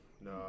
No